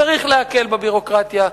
צריך להקל בביורוקרטיה,